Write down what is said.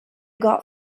got